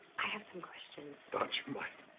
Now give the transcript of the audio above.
i have some questions. thought you might.